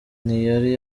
ntiyari